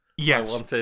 Yes